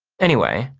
anyway,